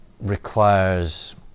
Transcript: requires